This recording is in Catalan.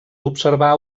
observar